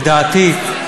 לדעתי,